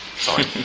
sorry